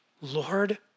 Lord